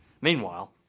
Meanwhile